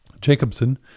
Jacobson